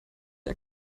der